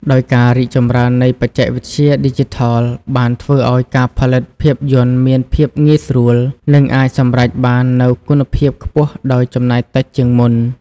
ដោយការរីកចម្រើននៃបច្ចេកវិទ្យាឌីជីថលបានធ្វើឲ្យការផលិតភាពយន្តមានភាពងាយស្រួល និងអាចសម្រេចបាននូវគុណភាពខ្ពស់ដោយចំណាយតិចជាងមុន។